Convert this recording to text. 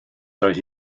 doedd